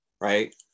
right